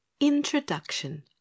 Introduction